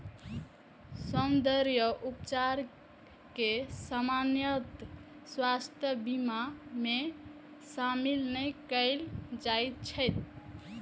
सौंद्रर्य उपचार कें सामान्यतः स्वास्थ्य बीमा मे शामिल नै कैल जाइ छै